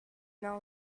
mains